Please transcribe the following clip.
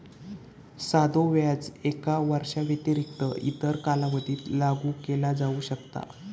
साधो व्याज एका वर्षाव्यतिरिक्त इतर कालावधीत लागू केला जाऊ शकता